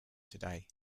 today